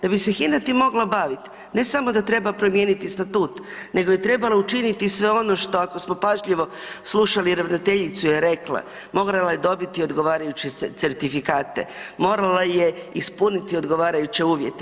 Da bi se Hina tim mogla bavit, ne samo da treba promijeniti statut, nego je trebalo učiniti i sve ono što, ako smo pažljivo slušali ravnateljica je rekla, morala je dobiti odgovarajuće certifikate, morala je ispuniti odgovarajuće uvjete.